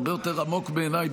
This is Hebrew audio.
זה הרבה יותר עמוק בעיניי,